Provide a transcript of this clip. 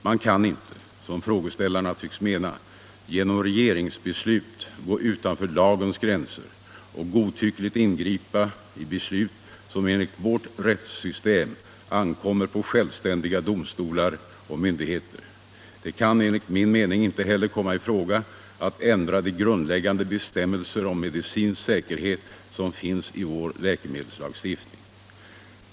Man kan inte — som frågeställarna tycks mena — genom regeringsbeslut gå utanför lagens gränser och godtyckligt ingripa i beslut som enligt vårt rättssystem ankommer på självständiga domstolar och myndigheter. Det kan enligt min mening inte heller komma i fråga att ändra de grundläggande bestämmelser om medicinsk säkerhet som finns i vår läkemedelslagstiftning.